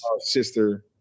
sister